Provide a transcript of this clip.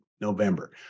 November